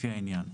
לפי העניין.